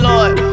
Lord